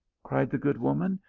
cried the good woman,